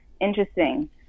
Interesting